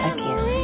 Again